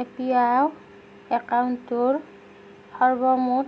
এ P Y একাউণ্টটোৰ সৰ্বমুঠ